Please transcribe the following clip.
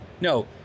no